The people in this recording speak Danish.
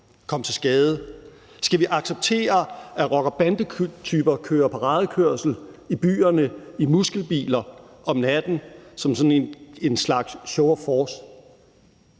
kommet til skade? Skal vi acceptere, at rocker-bande-typer kører paradekørsel i byerne i muskelbiler om natten som sådan en slags show of force?